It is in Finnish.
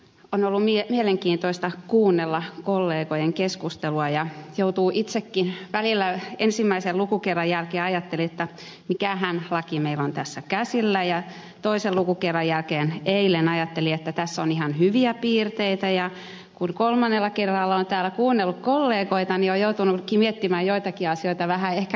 on ollut mielenkiintoista kuunnella kollegojen keskusteluja ja itsekin välillä ensimmäisen lukukerran jälkeen ajattelin että mikähän laki meillä tässä on käsillä ja toisen lukukerran jälkeen eilen ajattelin että tässä on hyviä piirteitä ja kun kolmannella on täällä olen kuunnellut kollegoita niin on joutunutkin miettimään joitakin asioita vähän ehkä kriittisemmin